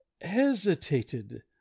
hesitated